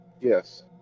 Yes